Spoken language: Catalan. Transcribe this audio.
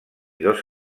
dos